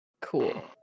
Cool